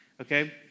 Okay